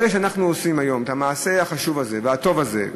ברגע שאנחנו עושים היום את המעשה החשוב והטוב הזה,